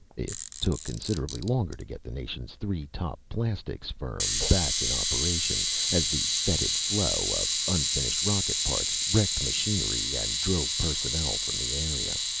it took considerably longer to get the nation's three top plastics firms back in operation as the fetid flow of unfinished rocket parts wrecked machinery and drove personnel from the area.